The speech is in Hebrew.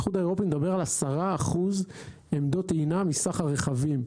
האיחוד האירופי מדבר על 10% עמדות טעינה מסך הרכבים.